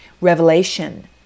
Revelation